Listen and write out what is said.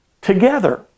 together